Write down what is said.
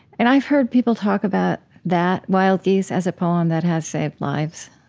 and i've heard people talk about that, wild geese, as a poem that has saved lives.